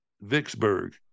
Vicksburg